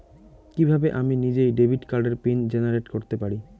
কিভাবে আমি নিজেই ডেবিট কার্ডের পিন জেনারেট করতে পারি?